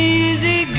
easy